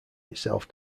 itself